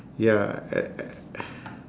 ya a~ a~